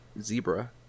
zebra